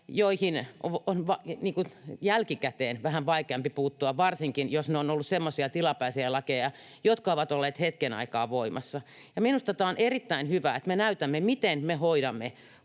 joihin on jälkikäteen vähän vaikeampi puuttua, varsinkin jos ne ovat olleet semmoisia tilapäisiä lakeja, jotka ovat olleet hetken aikaa voimassa. Minusta on erittäin hyvä, että me näytämme, miten me hoidamme